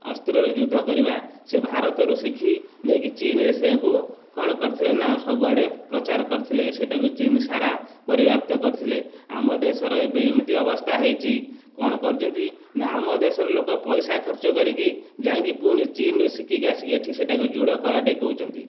ଅସ୍ତ୍ରରେ ଯୁଦ୍ଧ କରିବା ସେ ଭାରତରୁ ଶିଖି ନେଇକି ଚିନ୍ରେ ସେଆାକୁ କ'ଣ କରିଥିଲେ ନା ସବୁଆଡ଼େ ପ୍ରଚାର କରିଥିଲେ ସେଇଟାକୁ ଚିନ୍ ସାରା ପର୍ଯ୍ୟାପ୍ତ କରିଥିଲେ ଆମ ଦେଶର ଏବେ ଏମିତି ଅବସ୍ଥା ହୋଇଛି କ'ଣ କରୁଛନ୍ତି ନା ଆମ ଦେଶର ଲୋକ ପଇସା ଖର୍ଚ୍ଚ କରିକି ଯାଇଁକି ପୁଣି ଚିନ୍ରୁୁ ଶିଖିକି ଆସିକି ଏଠି ସେଟାକୁ ଜୋଡ଼ କରା ଟିକେ କହୁଛନ୍ତି